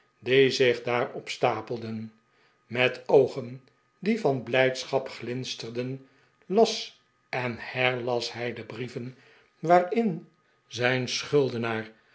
die zich daar opstapelden met oogen die van blijdschap glinsterden las en herlas hij de brieven waarin zijn schuldenaar